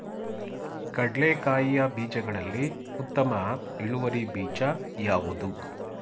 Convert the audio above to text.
ಕಡ್ಲೆಕಾಯಿಯ ಬೀಜಗಳಲ್ಲಿ ಉತ್ತಮ ಇಳುವರಿ ಬೀಜ ಯಾವುದು?